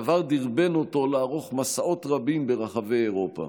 הדבר דרבן אותו לערוך מסעות רבים ברחבי אירופה.